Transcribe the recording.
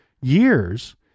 years—